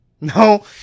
No